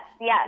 yes